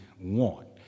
want